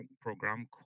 Program